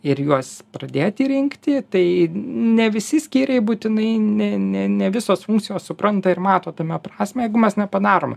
ir juos pradėti rinkti tai ne visi skyriai būtinai ne ne ne visos funkcijos supranta ir mato tame prasmę jeigu mes nepadarome